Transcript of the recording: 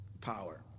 power